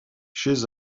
chez